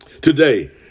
Today